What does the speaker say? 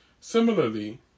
Similarly